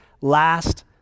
last